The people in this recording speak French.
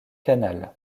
canal